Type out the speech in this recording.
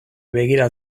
begira